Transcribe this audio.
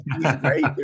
right